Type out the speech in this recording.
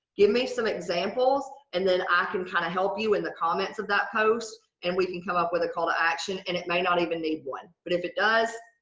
give me some examples and then i can kind of help you in the comments of that post and we can come up with a call to action and it may not even need one. but if it does,